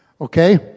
Okay